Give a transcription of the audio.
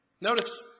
Notice